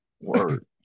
word